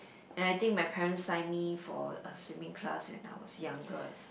and I think my parents sign me for a swimming class when I was younger as well